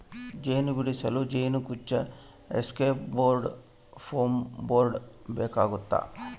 ಜೇನು ಬಿಡಿಸಲು ಜೇನುಕುಂಚ ಎಸ್ಕೇಪ್ ಬೋರ್ಡ್ ಫ್ಯೂಮ್ ಬೋರ್ಡ್ ಬೇಕಾಗ್ತವ